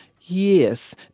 yes